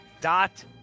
dot